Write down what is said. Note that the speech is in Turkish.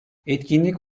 etkinlik